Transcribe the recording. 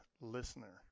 listener